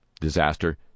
disaster